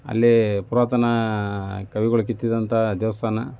ಅಲ್ಲಿ ಪುರಾತನ ಕವಿಗಳು ಕೆತ್ತಿದಂಥ ದೇವಸ್ಥಾನ